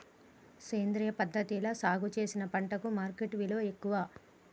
సేంద్రియ పద్ధతిలా సాగు చేసిన పంటలకు మార్కెట్ విలువ ఎక్కువ